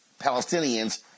Palestinians